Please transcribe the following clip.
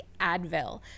advil